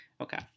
Okay